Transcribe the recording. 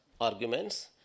arguments